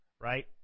right